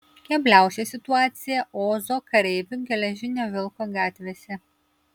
kebliausia situacija ozo kareivių geležinio vilko gatvėse